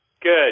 good